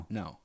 no